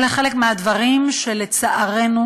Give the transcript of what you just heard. אלה חלק מהדברים שלצערנו,